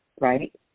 right